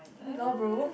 lol bro